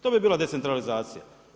To bi bila decentralizacija.